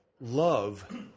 love